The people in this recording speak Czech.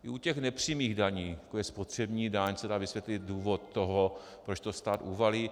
I u těch nepřímých daní, jako je spotřební daň, se dá vysvětlit důvod toho, proč to stát uvalí.